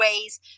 ways